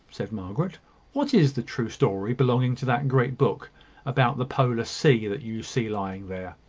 said margaret what is the true story belonging to that great book about the polar sea, that you see lying there?